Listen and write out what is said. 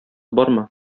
бармы